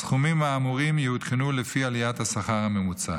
הסכומים האמורים יעודכנו לפי עליית השכר הממוצע.